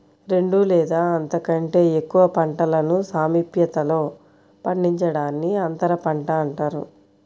రెండు లేదా అంతకంటే ఎక్కువ పంటలను సామీప్యతలో పండించడాన్ని అంతరపంట అంటారు